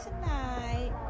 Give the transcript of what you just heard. tonight